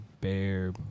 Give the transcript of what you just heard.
bear